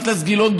חבר הכנסת גילאון,